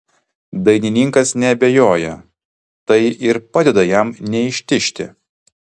dainininkas neabejoja tai ir padeda jam neištižti